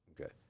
Okay